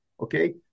okay